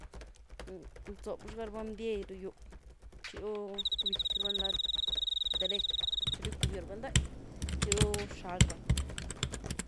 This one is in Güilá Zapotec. rzob xga-raba ndyei ru’ gyw´h txi ru rcu-biequy raba ni lad derech, txi ru gicu-byw raba ni do’gy, txi ru rxal raba ny.